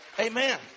Amen